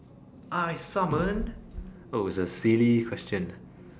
I summon oh it's a silly question